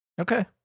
Okay